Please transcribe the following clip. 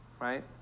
right